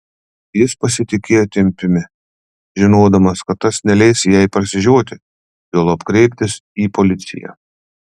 jis pasitikėjo tempiumi žinodamas kad tas neleis jai prasižioti juolab kreiptis į policiją